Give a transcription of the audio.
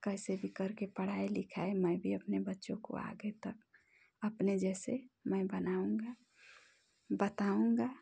कैसे भी करके पढ़ाई लिखाई मैं भी अपने बच्चों को आगे तक अपने जैसे मैं बनाऊंगा बताऊंगा